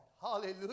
Hallelujah